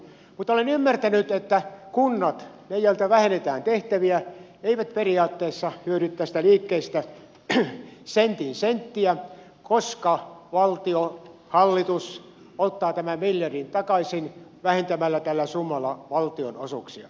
mutta olen ymmärtänyt että kunnat ne joilta vähennetään tehtäviä eivät periaatteessa hyödy tästä liikkeestä sentin senttiä koska valtio hallitus ottaa tämän miljardin takaisin vähentämällä tällä summalla valtionosuuksia